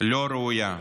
לא ראויה.